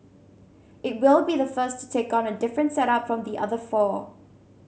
it will be the first to take on a different setup from the other four